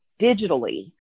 digitally